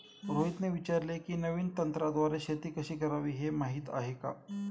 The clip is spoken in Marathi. रोहितने विचारले की, नवीन तंत्राद्वारे शेती कशी करावी, हे माहीत आहे का?